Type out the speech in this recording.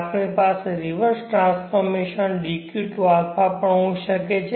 આપણી પાસે reverse transformation dq to αβ પણ હોઈ શકે છે